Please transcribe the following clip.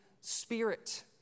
Spirit